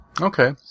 Okay